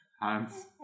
hands